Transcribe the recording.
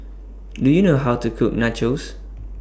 Do YOU know How to Cook Nachos